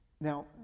Now